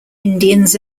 indians